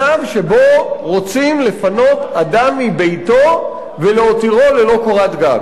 שבו רוצים לפנות אדם מביתו ולהותירו ללא קורת-גג.